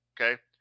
Okay